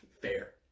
Fair